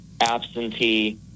absentee